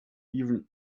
even